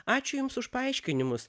ačiū jums už paaiškinimus